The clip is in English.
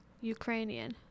Ukrainian